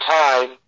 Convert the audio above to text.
time